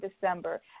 December